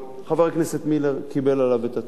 חבר הכנסת מילר קיבל עליו את התנאים,